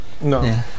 No